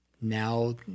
Now